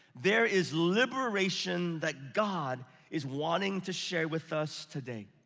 there is liberation, that god is wanting to share with us today.